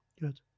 good